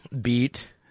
beat